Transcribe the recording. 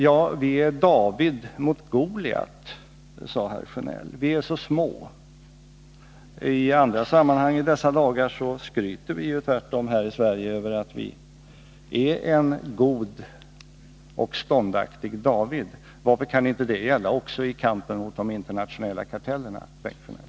Jo, vi är som David mot Goliat, sade herr Sjönell. Vi är så små. I andra sammanhang skryter vi här i Sverige i dessa dagar över att vi är som en god och ståndaktig David. Varför kan inte det gälla också i kampen mot de internationella kartellerna, Bengt Sjönell?